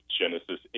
Genesis